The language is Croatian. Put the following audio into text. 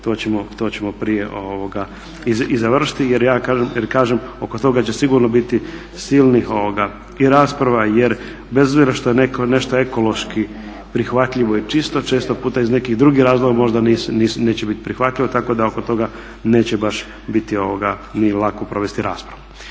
to ćemo prije i završiti. Jer ja kažem, jer kažem oko toga će sigurno biti silnih i rasprava jer bez obzira što je netko nešto ekološki prihvatljivo i čisto često puta iz nekih drugih razloga možda neće biti prihvatljivo. Tako da oko toga neće baš biti ni lako provesti raspravu.